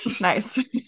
Nice